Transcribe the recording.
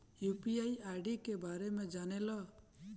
UPI ID के बारे में का जाने ल?